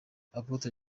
apotre